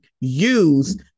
use